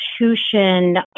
institution